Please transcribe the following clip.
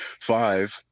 five